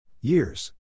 Years